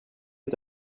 est